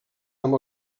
amb